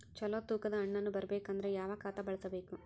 ಚಲೋ ತೂಕ ದ ಹಣ್ಣನ್ನು ಬರಬೇಕು ಅಂದರ ಯಾವ ಖಾತಾ ಬಳಸಬೇಕು?